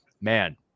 man